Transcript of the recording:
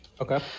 Okay